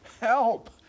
Help